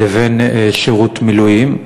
לבין שירות מילואים,